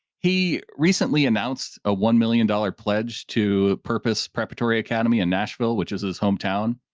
he recently announced a one million dollars pledge to purpose preparatory academy in nashville, which is his hometown.